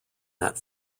that